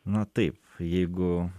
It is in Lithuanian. na taip jeigu